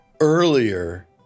earlier